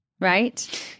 right